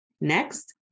Next